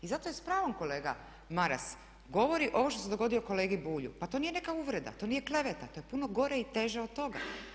I zato s pravom kolega Maras govori ovo što se dogodilo kolegi Bulju, pa to nije neka uvreda, to nije kleveta, to je puno gore i teže od toga.